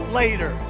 later